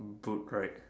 boot right